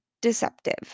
deceptive